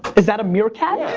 is that a meerkat? yeah.